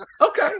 Okay